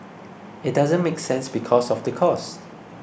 it doesn't make sense because of the cost